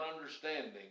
understanding